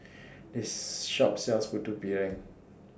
This Shop sells Putu Piring